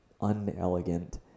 unelegant